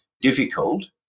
difficult